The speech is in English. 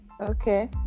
Okay